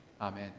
Amen